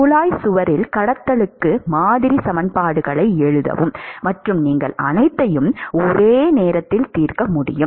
குழாய் சுவரில் கடத்தலுக்கு மாதிரி சமன்பாடுகளை எழுதவும் மற்றும் நீங்கள் அனைத்தையும் ஒரே நேரத்தில் தீர்க்க முடியும்